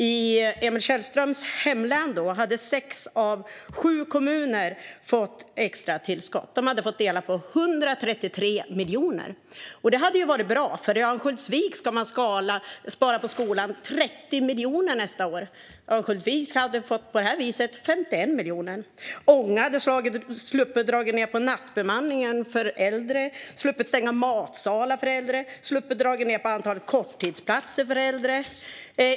I Emil Källströms hemlän hade sex av sju kommuner då fått extra tillskott. De hade fått dela på 133 miljoner. Det hade varit bra. I Örnsköldsvik ska man nämligen spara 30 miljoner på skolan nästa år. På det viset hade Örnsköldsvik fått 51 miljoner. Ånge hade sluppit att dra ned på nattbemanningen för äldre, sluppit att stänga matsalar för äldre och sluppit att dra ned på antalet korttidsplatser för äldre.